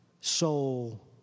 soul